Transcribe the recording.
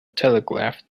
telegraph